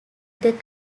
then